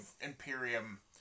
Imperium